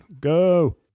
go